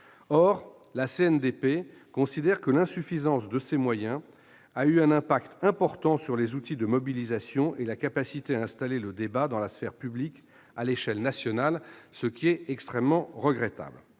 Or la CNDP considère que l'insuffisance de ses moyens a eu un impact important sur les outils de mobilisation et sur la capacité à installer le débat dans la sphère publique à l'échelle nationale, ce qui est extrêmement regrettable.